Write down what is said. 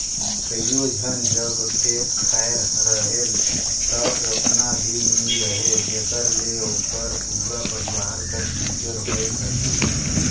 कइयो झन जग खेत खाएर रहेल ता ओतना भी नी रहें जेकर ले ओकर पूरा परिवार कर गुजर होए सके